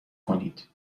کنید